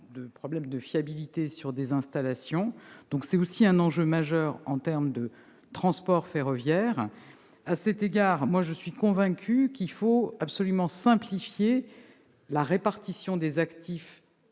de problèmes de fiabilité des installations. Il s'agit d'un enjeu majeur en termes de transport ferroviaire. J'en suis convaincue, il faut absolument simplifier la répartition des actifs